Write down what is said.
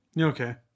okay